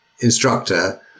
instructor